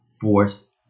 force